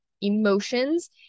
emotions